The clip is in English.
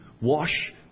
wash